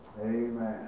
Amen